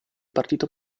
partito